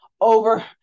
over